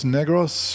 Negros